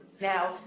Now